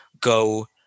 go